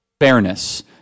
Fairness